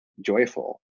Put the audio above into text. joyful